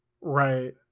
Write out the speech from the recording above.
Right